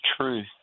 truth